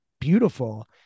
beautiful